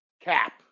Cap